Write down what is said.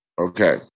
Okay